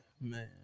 Man